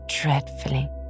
dreadfully